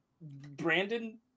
Brandon